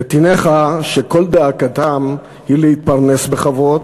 נתיניך שכל דאגתם היא להתפרנס בכבוד